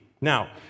Now